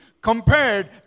compared